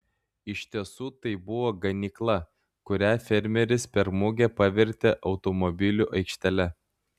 iš tiesų tai buvo ganykla kurią fermeris per mugę pavertė automobilių aikštele